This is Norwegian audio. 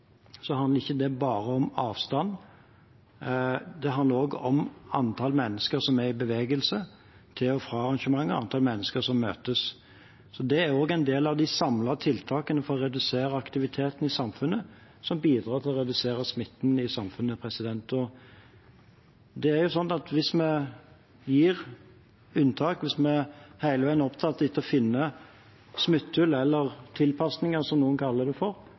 handler det ikke bare om avstand. Det handler også om antall mennesker som er i bevegelse til og fra arrangementer, antall mennesker som møtes, og det er en del av de samlede tiltakene for å redusere aktiviteten i samfunnet, som bidrar til å redusere smitten i samfunnet. Hvis vi gir unntak, og hvis vi hele veien er opptatt av å finne smutthull, eller tilpasninger, som noen kaller det, vil summen av det være veldig gode argumenter for